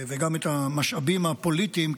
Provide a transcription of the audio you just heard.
וגם את המשאבים הפוליטיים,